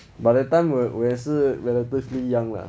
by that time 我我也是 relatively young lah